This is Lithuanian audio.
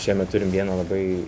šiemet turim vieną labai